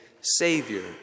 Savior